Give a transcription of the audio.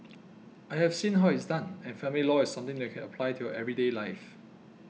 I have seen how it's done and family law is something that you can apply to your everyday life